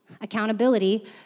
accountability